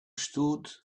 stood